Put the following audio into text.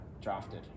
drafted